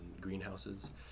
greenhouses